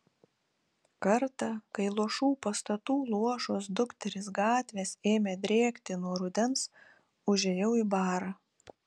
kartą kai luošų pastatų luošos dukterys gatvės ėmė drėkti nuo rudens užėjau į barą